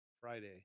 Friday